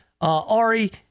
Ari